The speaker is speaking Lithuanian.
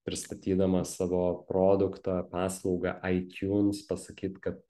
pristatydamas savo produktą paslaugą ai tiuns pasakyt kad